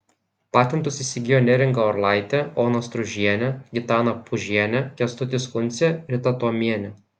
patentus įsigijo neringa orlaitė ona striužienė gitana pužienė kęstutis kuncė rita tuomienė